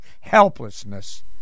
helplessness